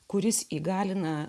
kuris įgalina